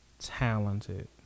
talented